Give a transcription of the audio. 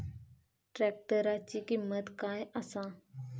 ट्रॅक्टराची किंमत काय आसा?